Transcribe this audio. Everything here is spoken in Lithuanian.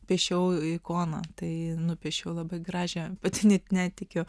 piešiau ikoną tai nupiešiau labai gražią netikiu